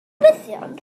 newyddion